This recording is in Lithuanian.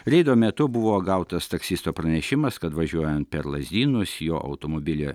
reido metu buvo gautas taksisto pranešimas kad važiuojant per lazdynus jo automobilį